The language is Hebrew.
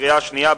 בקריאה שנייה.